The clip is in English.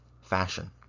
fashion